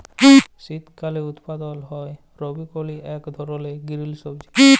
শীতকালে উৎপাদল হ্যয় বরকলি ইক ধরলের গিরিল সবজি